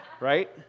right